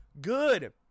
good